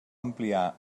ampliar